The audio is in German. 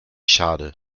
schade